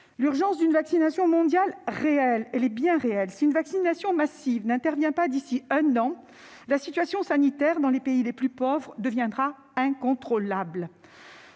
L'urgence d'une vaccination mondiale est réelle. Si une vaccination massive n'intervient pas d'ici à un an, la situation sanitaire dans les pays les plus pauvres deviendra incontrôlable.